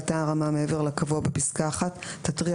עלתה הרמה מעבר לקבוע בפסקה (1) תתריע